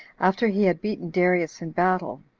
after he had beaten darius in battle